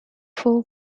full